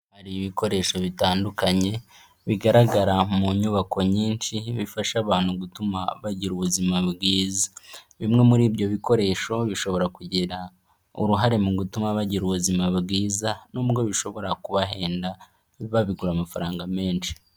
Hari ibikoresho bitandukanye bigaragara mu nyubako nyinshi bifasha abantu gutuma bagira ubuzima bwiza, bimwe muri ibyo bikoresho bishobora kugira uruhare mu gutuma bagira ubuzima bwiza, nubwo bishobora kubahenda babigura amafaranga menshi.